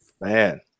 Man